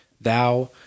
Thou